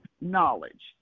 knowledge